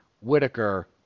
Whitaker